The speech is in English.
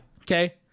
okay